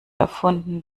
erfunden